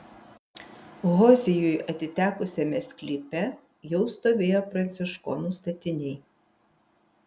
hozijui atitekusiame sklype jau stovėjo pranciškonų statiniai